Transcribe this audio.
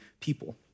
people